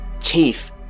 Chief